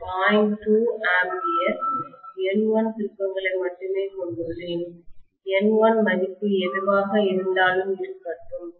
2A N1 திருப்பங்களை மட்டுமே கொண்டுள்ளேன் N1 மதிப்பு எதுவாக இருந்தாலும் இருக்கட்டும்